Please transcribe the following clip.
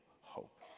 hope